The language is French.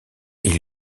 est